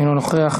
אינו נוכח,